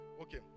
okay